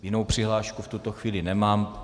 Jinou přihlášku v tuto chvíli nemám.